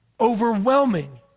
Overwhelming